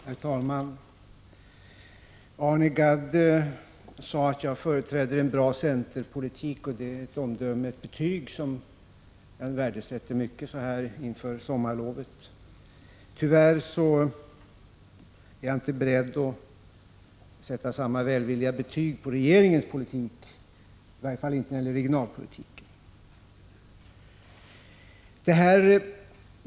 Herr talman! Arne Gadd sade att jag företräder en bra centerpolitik. Det är ett betyg som jag värdesätter mycket så här inför sommarlovet. Tyvärr är jaginte beredd att sätta samma välvilliga betyg på regeringens politik, i varje fall inte dess regionalpolitik.